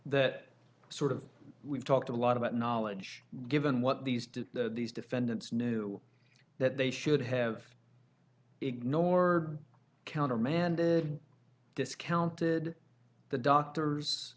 that sort of we've talked a lot about knowledge given what these do these defendants knew that they should have ignore countermanded discounted the doctor